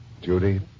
Judy